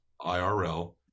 IRL